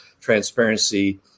transparency